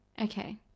Okay